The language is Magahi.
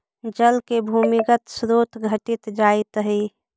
जल के भूमिगत स्रोत घटित जाइत हई